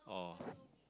oh